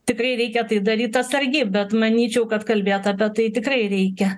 tikrai reikia tai daryt atsargiai bet manyčiau kad kalbėt apie tai tikrai reikia